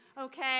Okay